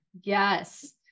Yes